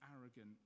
arrogant